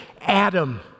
Adam